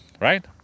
right